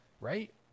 right